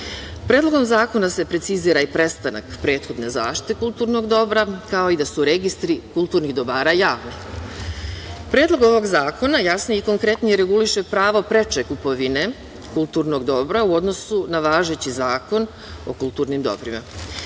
dobro. Predlogom zakona se precizira i prestanak prethodne zaštite kulturnog dobra, kao i da su registri kulturnih dobara javni. Predlog ovog zakona jasnije i konkretnije reguliše pravo preče kupovine kulturnog dobra u odnosu na važeći Zakon o kulturnim dobrima.U